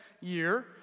year